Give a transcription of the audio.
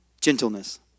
Gentleness